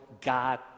God